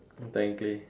technically